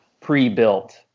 pre-built